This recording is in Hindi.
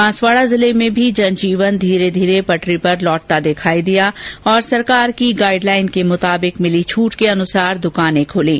बांसवाड़ा जिले में भी जनजीवन धीरे धीरे पटरी पर लौटता हुआ दिखायी दिया और सरकार की गाइड लाइन के मुताबिक मिली छूट के अनुसार दुकाने खुलीं